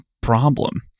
problem